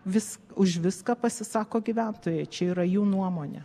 vis už viską pasisako gyventojai čia yra jų nuomonė